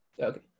Okay